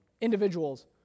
individuals